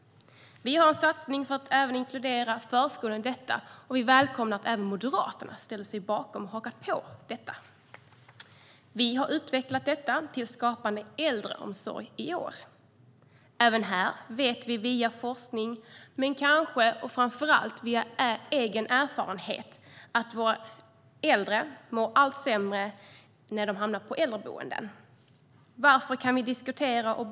Vi har en satsning för att även inkludera förskolan i detta. Vi välkomnar att även Moderaterna ställer sig bakom det och hakar på detta. Vi har utvecklat detta till skapande äldreomsorg i år. Vi vet via forskning men kanske framför allt via egen erfarenhet att våra äldre mår allt sämre när de hamnar på äldreboenden. Vi kan diskutera varför det är så.